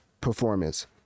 performance